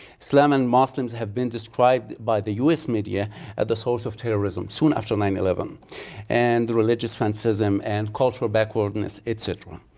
islam and muslims have been described by the us media as and the source of terrorism soon after nine eleven and religious fanaticism and cultural backwardness etc.